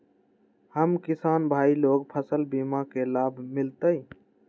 हम किसान भाई लोग फसल बीमा के लाभ मिलतई?